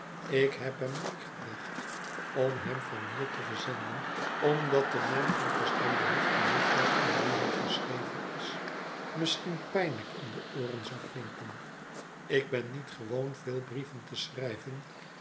ik heb hem meegebracht om hem van hier te verzenden omdat de naam van kastanje hof de jufvrouw aan wie hij geschreven is misschien pijnlijk in de ooren zou klinken ik ben niet gewoon veel brieven te schrijven